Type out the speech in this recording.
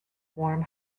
warm